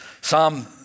Psalm